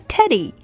Teddy